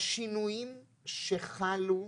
השינויים שחלו,